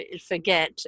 forget